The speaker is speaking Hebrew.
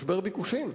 משבר ביקושים.